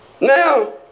Now